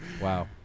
Wow